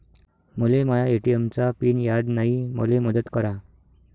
मले माया ए.टी.एम चा पिन याद नायी, मले मदत करा